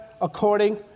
according